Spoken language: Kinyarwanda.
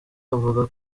avuga